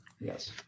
Yes